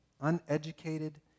uneducated